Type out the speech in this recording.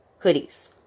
hoodies